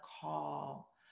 call